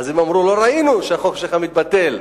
והם אמרו: לא ראינו שהחוק שלך מתבטל.